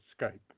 Skype